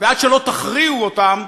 ועד שלא תכריעו אותם,